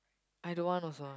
I don't want also